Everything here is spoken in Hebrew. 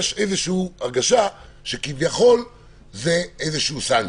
יש איזושהי הרגשה שכביכול זו איזושהי סנקציה.